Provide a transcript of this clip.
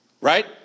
Right